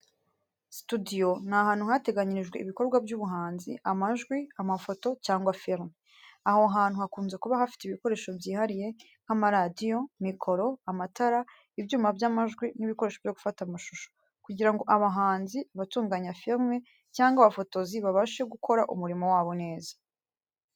Situdiyo ni ahantu hateganyirijwe ibikorwa by’ubuhanzi, amajwi, amafoto cyangwa filime. Aho hantu hakunze kuba hafite ibikoresho byihariye nk’amaradiyo, mikoro, amatara, ibyuma by’amajwi n’ibikoresho byo gufata amashusho, kugira ngo abahanzi, abatunganya filime cyangwa abafotozi babashe gukora umurimo wabo neza.